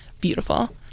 beautiful